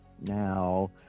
Now